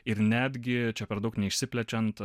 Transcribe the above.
ir netgi čia per daug neišsiplečiant